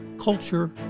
Culture